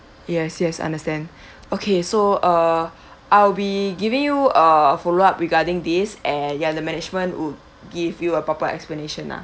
yes yes I understand okay so uh I'll be giving you a follow-up regarding this and ya the management would give you a proper explanation lah